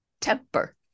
temper